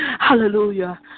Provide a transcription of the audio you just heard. Hallelujah